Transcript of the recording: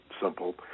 simple